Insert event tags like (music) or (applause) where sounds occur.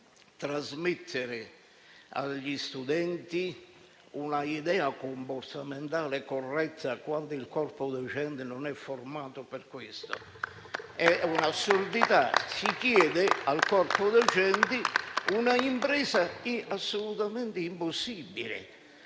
trasmettere agli studenti un'idea comportamentale corretta quando il corpo docente non è formato per questo? (applause) È un'assurdità: si chiede al corpo docente un'impresa assolutamente impossibile.